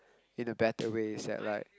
in a better way is at like